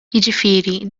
jiġifieri